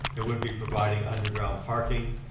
it would be providing underground parking,